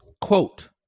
quote